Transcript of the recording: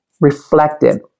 reflected